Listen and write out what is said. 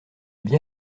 bien